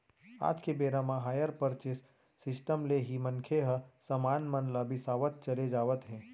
आज के बेरा म हायर परचेंस सिस्टम ले ही मनखे मन ह समान मन ल बिसावत चले जावत हे